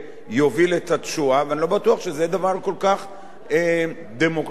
ואני לא בטוח שזה דבר כל כך דמוקרטי ונכון לעשות אותו,